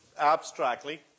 abstractly